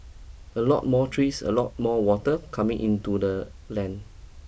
a lot more trees a lot more water coming into the land